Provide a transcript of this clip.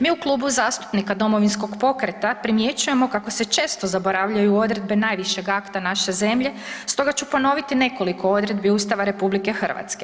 Mi u Klubu zastupnika Domovinskog pokreta primjećujemo kako se često zaboravljaju odredbe najviše akta naše zemlje, stoga ću ponoviti nekoliko odredbi Ustava RH.